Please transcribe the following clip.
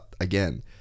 again